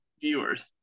viewers